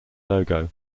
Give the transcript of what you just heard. logo